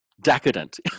decadent